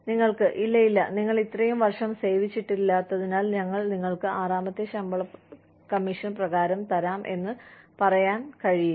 നിങ്ങൾക്ക് ഇല്ല ഇല്ല നിങ്ങൾ ഇത്രയും വർഷം സേവിച്ചിട്ടില്ലാത്തതിനാൽ ഞങ്ങൾ നിങ്ങൾക്ക് ആറാമത്തെ ശമ്പള പ്രകാരം തരാം എന്ന് പറയാൻ കഴിയില്ല